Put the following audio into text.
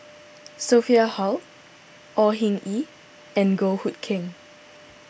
Sophia Hull Au Hing Yee and Goh Hood Keng